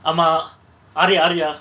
ஆமா:aama aari aariya